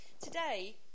today